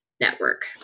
Network